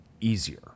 easier